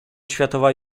światowa